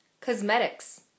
Cosmetics